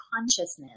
consciousness